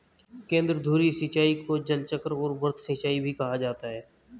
केंद्रधुरी सिंचाई को जलचक्र और वृत्त सिंचाई भी कहा जाता है